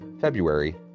February